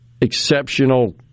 exceptional